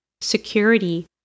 security